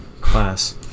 class